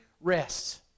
rests